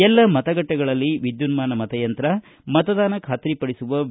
ಎಲ್ಲಮತಗಟ್ಟೆಗಳಲ್ಲಿ ವಿದ್ಯುನ್ಮನ ಮತಯಂತ್ರ ಮತದಾನ ಖಾತ್ರಿ ಪಡಿಸುವ ವಿ